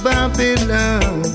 Babylon